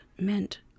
meant